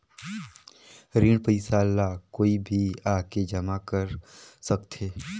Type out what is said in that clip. ऋण पईसा ला कोई भी आके जमा कर सकथे?